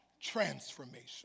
transformation